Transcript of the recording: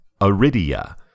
Aridia